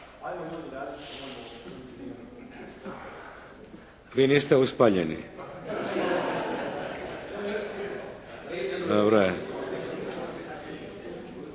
Vi niste uspaljeni? Dobro je.